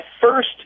first